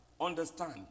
understand